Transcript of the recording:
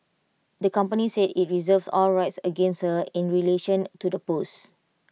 the company said IT reserves all rights against her in relation to the post